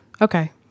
Okay